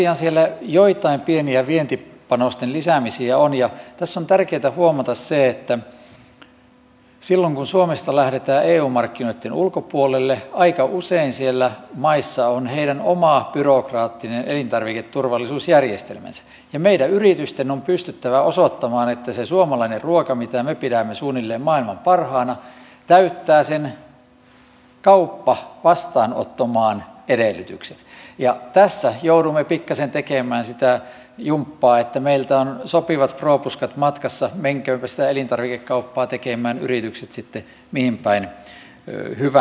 tosiaan siellä joitain pieniä vientipanosten lisäämisiä on ja tässä on tärkeätä huomata se että silloin kun suomesta lähdetään eu markkinoitten ulkopuolelle aika usein siellä maissa on heidän oma byrokraattinen elintarviketurvallisuusjärjestelmänsä ja meidän yritysten on pystyttävä osoittamaan että se suomalainen ruoka mitä me pidämme suunnilleen maailman parhaana täyttää sen kaupan vastaanottomaan edellytykset ja tässä joudumme pikkasen tekemään sitä jumppaa että meiltä on sopivat propuskat matkassa menköötpä sitä elintarvikekauppaa tekemään yritykset sitten mihinpäin hyvänsä